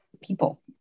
people